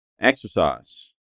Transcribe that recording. Exercise